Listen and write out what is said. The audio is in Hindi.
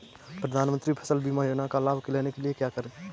प्रधानमंत्री फसल बीमा योजना का लाभ लेने के लिए क्या करें?